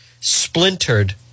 splintered